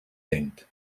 denkt